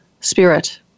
spirit